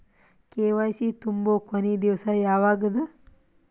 KYC ತುಂಬೊ ಕೊನಿ ದಿವಸ ಯಾವಗದ?